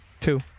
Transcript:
two